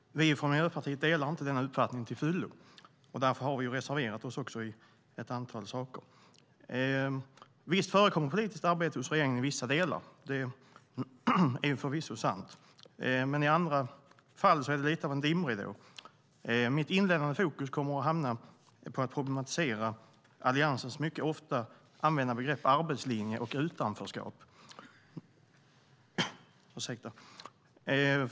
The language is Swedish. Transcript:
Vi från Miljöpartiet delar inte denna uppfattning till fullo. Därför har vi reserverat oss i fråga om vissa saker. Visst förekommer politiskt arbete hos regeringen i vissa delar. Det är förvisso sant. Men i andra fall är det lite av en dimridå. Jag kommer att ha mitt inledande fokus på att problematisera Alliansens mycket ofta använda begrepp arbetslinje och utanförskap.